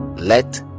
let